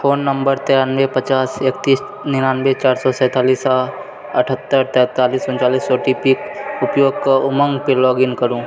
phone number तिरानबे पचास इकतीस निनानबे चारि सए सैतालीस आ अठहत्तर तैतालीस उनतालीस ओटीपीके उपयोग कऽ उमङ्गमे लॉग इन करु